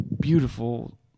beautiful